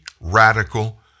radical